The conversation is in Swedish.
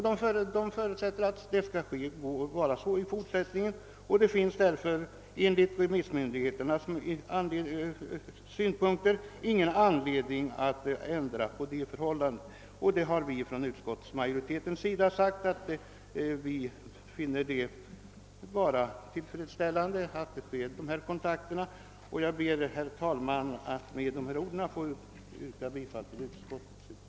De förutsätter också att dessa kontakter kommer att fortsätta, och det finns därför enligt remissmyndigheternas åsikt ingen anledning att genomföra någon ändring. Vi som representerar utskottsmajoriteten finner i likhet med remissmyndigheterna skäl saknas att vidtaga åtgärder på detta område. Jag ber, herr talman, att få yrka bifall till utskottets hemställan.